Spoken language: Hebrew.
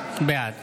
בעד